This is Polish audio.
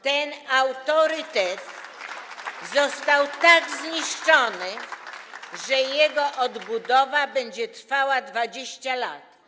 Ten autorytet został tak zniszczony, że jego odbudowa będzie trwała 20 lat.